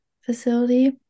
facility